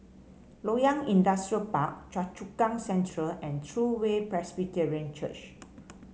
Loyang Industrial Park Choa Chu Kang Central and True Way Presbyterian Church